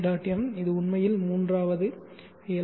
m இது உண்மையில் மூன்றாவது எல்